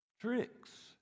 tricks